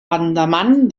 andaman